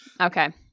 Okay